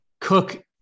Cook